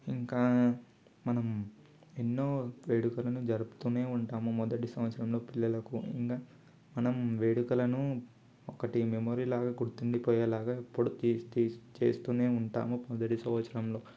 ఇంకా మనం ఎన్నో వేడుకలను జరుపుతు ఉంటాము మొదటి సంవత్సరంలో పిల్లలకు ఇంకా మనం వేడుకలను ఒకటి మెమొరీలాగా గుర్తుండి పోయేలాగా ఇప్పుడు తీసి తీసి చేస్తూ ఉంటాను మొదటి సంవత్సరంలో